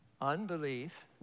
unbelief